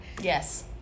Yes